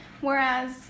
Whereas